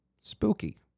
spooky